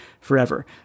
forever